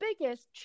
biggest